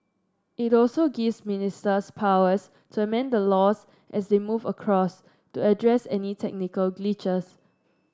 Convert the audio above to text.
it also gives ministers powers to amend the laws as they move across to address any technical glitches